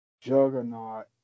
juggernaut